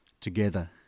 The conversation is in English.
together